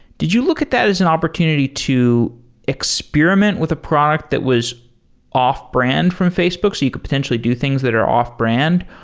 did you look at that as an opportunity to experiment with a product that was off-brand from facebook, so you could potentially do things that are off-brand?